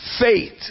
faith